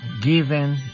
given